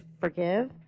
forgive